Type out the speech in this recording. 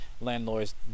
landlords